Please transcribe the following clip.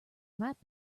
might